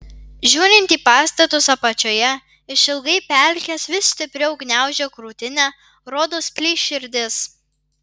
žiūrint į pastatus apačioje išilgai pelkės vis stipriau gniaužia krūtinę rodos plyš širdis